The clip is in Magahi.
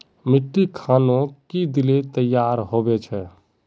मिट्टी खानोक की दिले तैयार होबे छै?